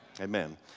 Amen